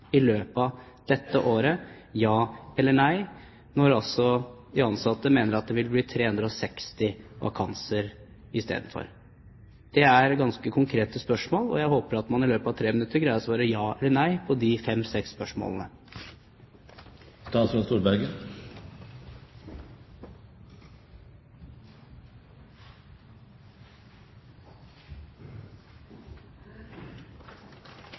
i løpet av dette året? Ja eller nei. De ansatte mener at det vil bli 360 vakanser i stedet. Dette er ganske konkrete spørsmål. Jeg håper at statsråden i løpet av 3 minutter greier å svare ja eller nei på de fem–seks spørsmålene.